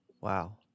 Wow